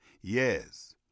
Yes